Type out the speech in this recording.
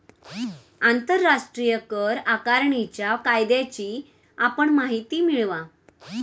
आंतरराष्ट्रीय कर आकारणीच्या कायद्याची आपण माहिती मिळवा